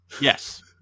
Yes